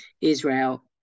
Israel